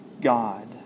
God